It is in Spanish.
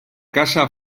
casa